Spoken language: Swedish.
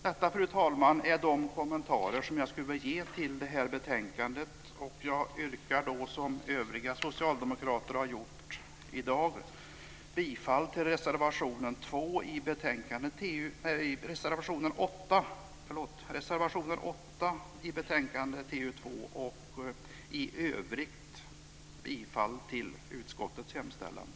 Detta, fru talman, är de kommentarer som jag skulle vilja ge till det här betänkandet, och jag yrkar som övriga socialdemokrater har gjort i dag bifall till reservation 8 i betänkande TU2 och i övrigt bifall till utskottets förslag.